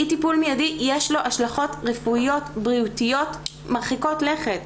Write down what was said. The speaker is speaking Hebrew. אי טיפול מיידי יש לו השלכות רפואיות בריאותיות מרחיקות לכת.